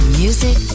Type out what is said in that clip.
music